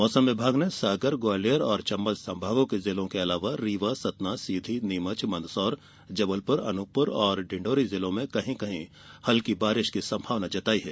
मौसम विभाग ने सागर ग्वालियर चम्बल संभागों के जिलों और रीवा सतना सीधी नीमच मंदसौर जबलपुर अनूपपुर डिण्डोरी जिलों में कहीं कहीं हल्की वर्षा की संभावना जताई है